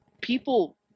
people